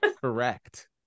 correct